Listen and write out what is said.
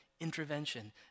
intervention